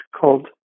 called